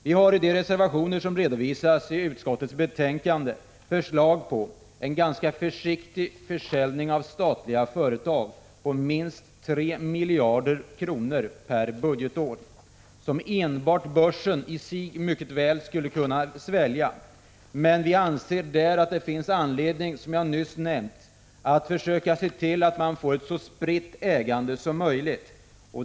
Vi har i de reservationer som redovisats i utskottsbetänkandet förslag på en ganska försiktig försäljning av statliga företag på minst 3 miljarder kronor 75 per budgetår som enbart börsen i sig mycket väl skulle kunna svälja. Men som jag nyss nämnt kan det finnas anledning att försöka se till att man får ett så spritt ägande som möjligt.